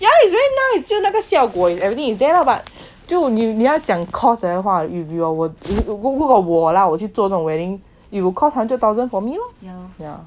yeah it's very nice 就那个效果 everything is there lah but 就你你要讲 cost 的话 your work 如果我 lah 我去做这种 wedding it will will cost hundred thousand for me lor yeah yeah